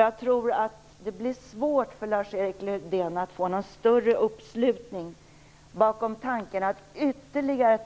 Jag tror att det blir svårt för Lars-Erik Lövdén att nå en större uppslutning bakom tanken att ta bort ytterligare